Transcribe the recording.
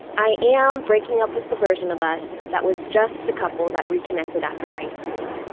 i am breaking up with the version of us that was just a couple that reconnected after high school.